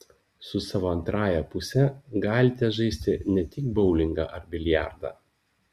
su savo antrąja puse galite žaisti ne tik boulingą ar biliardą